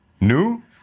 new